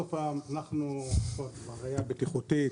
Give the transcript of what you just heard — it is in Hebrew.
בסוף זה ענין בטיחותי.